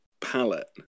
palette